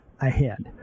ahead